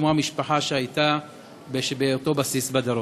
כמו המשפחה שהייתה באותו בסיס בדרום?